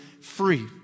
free